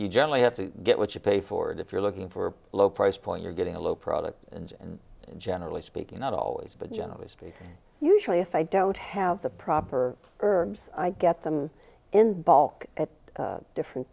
you generally have to get what you pay for it if you're looking for a low price point you're getting a low product and generally speaking not always but generally speaking usually if i don't have the proper herbs i get them in bulk at different